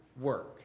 work